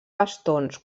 bastons